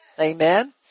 Amen